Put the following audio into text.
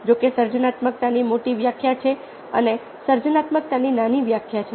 જો કે સર્જનાત્મકતાની મોટી વ્યાખ્યા છે અને સર્જનાત્મકતાની નાની વ્યાખ્યા છે